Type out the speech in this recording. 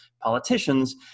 politicians